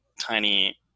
tiny